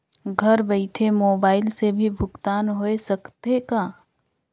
घर बइठे मोबाईल से भी भुगतान होय सकथे का?